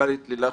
המנכ"לית לילך